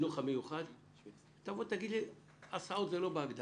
בחינוך המיוחד - תבוא ותאמר לי שהסעות הן לא בהגדרה